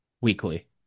weekly